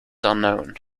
unknown